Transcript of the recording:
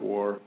War